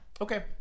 Okay